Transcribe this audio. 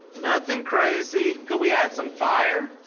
nothing crazy. could we add some fire?